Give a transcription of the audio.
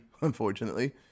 unfortunately